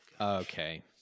Okay